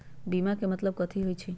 बीमा के मतलब कथी होई छई?